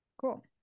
Cool